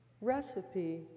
recipe